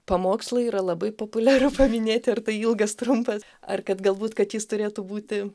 pamokslai yra labai populiaru paminėti ar tai ilgas trumpas ar kad galbūt kad jis turėtų būti